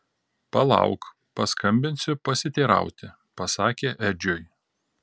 palauk paskambinsiu pasiteirauti pasakė edžiui